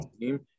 team